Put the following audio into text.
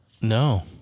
No